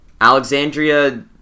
Alexandria